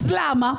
אז למה?